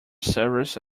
service